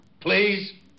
Please